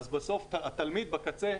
בסוף התלמיד בקצה,